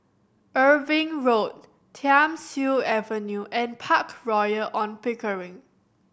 Irving Road Thiam Siew Avenue and Park Royal On Pickering